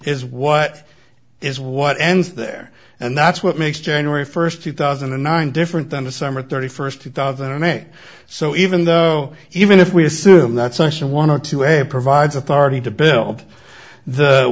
is what is what ends there and that's what makes january first two thousand and nine different than the summer thirty first two thousand and eight so even though even if we assume that section one or two a provides authority to build the